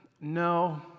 no